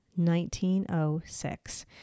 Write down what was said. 1906